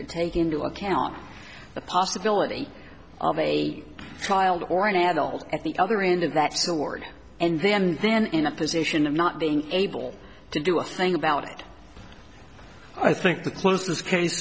to take into account the possibility of a child or an adult at the other end of that sword and then and then in a position of not being able to do a thing about it i think to close this case